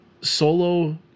Solo